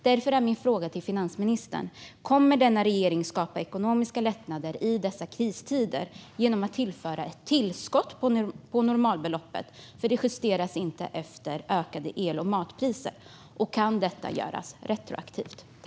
Därför är min fråga till finansministern: Kommer denna regering att skapa ekonomiska lättnader i dessa kristider genom att tillföra ett tillskott till normalbeloppet, eftersom det inte justeras efter ökade el och matpriser, och kan detta göras retroaktivt?